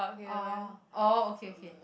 oh oh okay okay